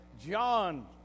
John